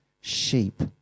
sheep